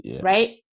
right